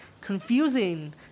confusing